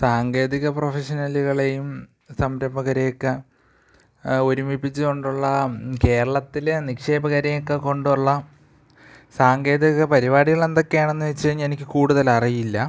സാങ്കേതിക പ്രൊഫഷണലുകളെയും സംരംഭകരെ ഒക്കെ ഒരുമിപ്പിച്ച് കൊണ്ടുള്ള കേരളത്തിലെ നിക്ഷേപകരെ ഒക്കെ കൊണ്ടുള്ള സാങ്കേതിക പരിപാടികൾ എന്തൊക്കെയാണെന്ന് വെച്ച് കഴിഞ്ഞാൽ എനിക്ക് കൂടുതൽ അറിയില്ല